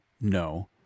no